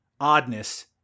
oddness